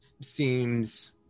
seems